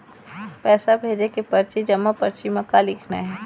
पैसा भेजे के परची जमा परची म का लिखना हे?